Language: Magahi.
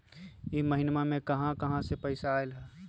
इह महिनमा मे कहा कहा से पैसा आईल ह?